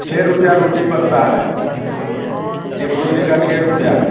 छः रुपये रोटी पड़ता है एक रोटी का छः रुपये